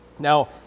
Now